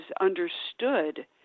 understood